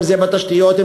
אם בתשתיות,